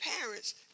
parents